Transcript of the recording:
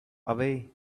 away